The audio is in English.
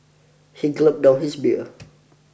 he gulped down his beer